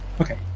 Okay